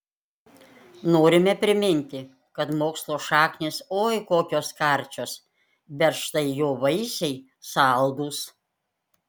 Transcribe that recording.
norime priminti kad mokslo šaknys oi kokios karčios bet štai jo vaisiai saldūs